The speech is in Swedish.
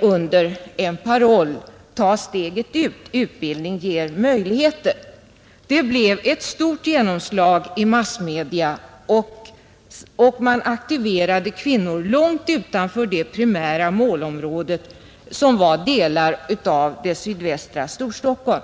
under parollen ”Ta steget ut — utbildning ger möjligheter”. Det blev ett stort genomslag i massmedia, och man aktiverade kvinnor långt utanför det primära målområdet, som var delar av sydvästra Storstockholm.